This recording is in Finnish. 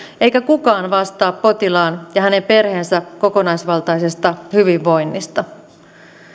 eikä kukaan vastaa potilaan ja hänen perheensä kokonaisvaltaisesta hyvinvoinnista